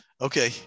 Okay